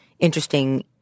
Interesting